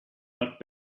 but